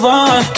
on